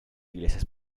iglesias